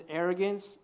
arrogance